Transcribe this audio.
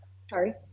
Sorry